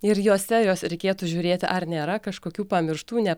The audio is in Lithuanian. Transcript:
ir juose juos reikėtų žiūrėti ar nėra kažkokių pamirštų net